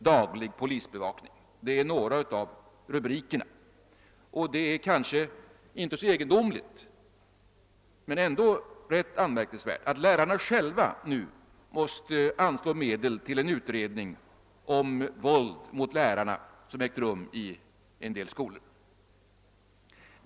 Daglig polisbevakning.» Det är kanske inte så egendomligt, men ändå rätt anmärkningsvärt, att lärarna själva nu måste anslå medel till en utredning om våld mot lärarna, vilket förekommit i en del skolor.